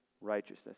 righteousness